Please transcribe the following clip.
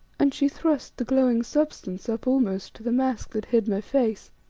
and she thrust the glowing substance up almost to the mask that hid my face.